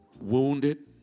wounded